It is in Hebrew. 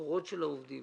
משכורות העובדים.